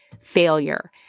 failure